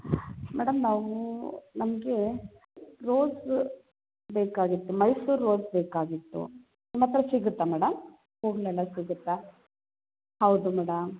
madam ನಾವು ನಮಗೆ rose ಬೇಕಾಗಿತ್ತು ಮೈಸೂರು ರೋಸ್ ಬೇಕಾಗಿತ್ತು ನಿಮ್ಮತ್ತಿರ ಸಿಗುತ್ತಾ ಮೇಡಮ್ ಹೂವೆಲ್ಲ ಸಿಗುತ್ತಾ ಹೌದು ಮೇಡಮ್